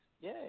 Yay